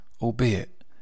albeit